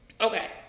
Okay